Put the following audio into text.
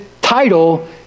title